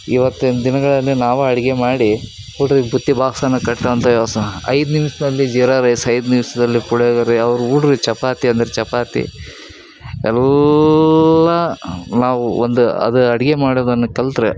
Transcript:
ಇವತ್ತಿನ ದಿನಗಳಲ್ಲಿ ನಾವು ಅಡುಗೆ ಮಾಡಿ ಊಟದ ಬುತ್ತಿ ಬಾಕ್ಸನ್ನು ಕಟ್ಟುವಂಥ ವ್ಯವ್ಸ ಐದು ನಿಮಿಷ್ದಲ್ಲಿ ಜೀರ ರೈಸ್ ಐದು ನಿಮಿಷ್ದಲ್ಲಿ ಪುಳಿಯೋಗರೆ ಅವ್ರು ಊಡ್ರಿ ಚಪಾತಿ ಅಂದ್ರೆ ಚಪಾತಿ ಎಲ್ಲ ನಾವು ಒಂದು ಅದು ಅಡುಗೆ ಮಾಡೋದನ್ನು ಕಲಿತ್ರೆ